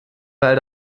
weil